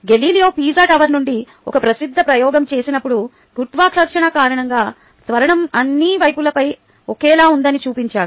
Galileo Pisa tower నుండి తన ప్రసిద్ధ ప్రయోగం చేసినప్పుడు గురుత్వాకర్షణ కారణంగా త్వరణం అన్ని వస్తువులపై ఒకేలా ఉందని చూపించాడు